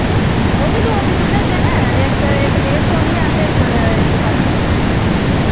ओह् बी दो किस्म दे होंदे न इक इक डेढ़ सौ वि हैन ते इक इक सौ सट्ठ न